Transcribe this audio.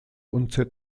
und